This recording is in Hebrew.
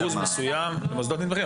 אחוז מסוים במוסדות נתמכים.